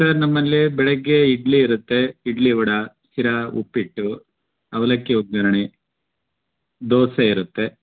sir ನಮ್ಮಲ್ಲಿ ಬೆಳಿಗ್ಗೆ ಇಡ್ಲಿ ಇರುತ್ತೆ ಇಡ್ಲಿ ವಡ ಶಿರಾ ಉಪ್ಪಿಟ್ಟು ಅವಲಕ್ಕಿ ಒಗ್ಗರಣೆ ದೋಸೆ ಇರುತ್ತೆ